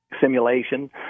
simulation